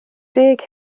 deg